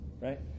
right